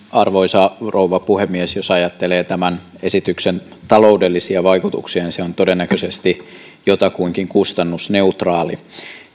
arvoisa rouva puhemies jos ajattelee tämän esityksen taloudellisia vaikutuksia niin se on todennäköisesti jotakuinkin kustannusneutraali